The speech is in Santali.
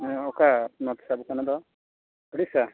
ᱚᱠᱟ ᱫᱚ ᱳᱰᱤᱥᱟ